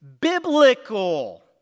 biblical